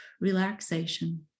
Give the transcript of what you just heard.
relaxation